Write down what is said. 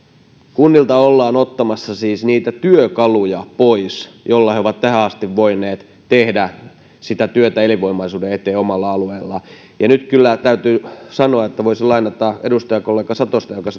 kunnilta ollaan ottamassa siis niitä työkaluja pois joilla ne ovat tähän asti voineet tehdä sitä työtä elinvoimaisuuden eteen omalla alueellaan ja nyt kyllä täytyy sanoa että voisin lainata edustajakollega satosta joka